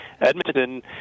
Edmonton